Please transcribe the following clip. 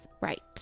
Right